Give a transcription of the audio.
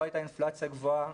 לא הייתה אינפלציה גבוהה,